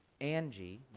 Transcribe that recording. Angie